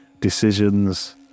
decisions